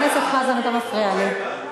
סליחה, חבר הכנסת חזן, אתה מפריע לי.